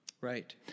Right